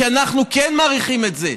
כי אנחנו כן מעריכים את זה.